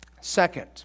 Second